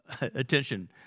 attention